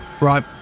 Right